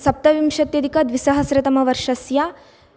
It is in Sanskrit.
सप्तविंशत्यधिकद्विसहस्रतमवर्षस्य